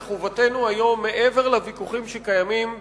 מעבר לוויכוחים שקיימים בתוכנו,